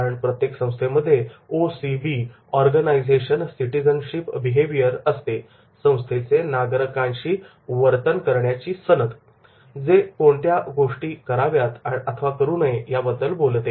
कारण प्रत्येक संस्थेमध्ये OCB ऑर्गनायझेशन सिटीझनशिप बिहेवियर असते संस्थेचे नागरिकांशी वर्तन जे कोणत्या गोष्टी कराव्यात अथवा करू नये याबद्दल बोलते